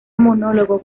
monólogo